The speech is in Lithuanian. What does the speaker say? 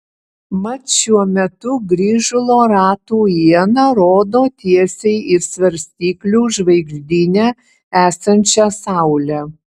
mat šiuo metu grįžulo ratų iena rodo tiesiai į svarstyklių žvaigždyne esančią saulę